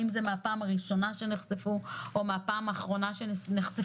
האם זה מן הפעם הראשונה שנחשפו או מן הפעם האחרונה שנחשפו.